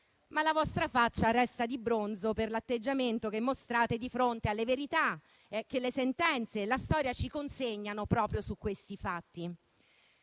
ma la vostra faccia resta di bronzo per l'atteggiamento che mostrate di fronte alle verità che le sentenze e la storia ci consegnano proprio su questi fatti.